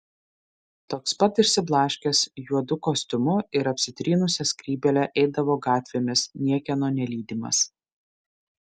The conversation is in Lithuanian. toks pat išsiblaškęs juodu kostiumu ir apsitrynusia skrybėle eidavo gatvėmis niekieno nelydimas